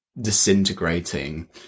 disintegrating